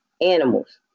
animals